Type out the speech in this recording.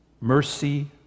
mercy